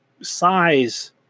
size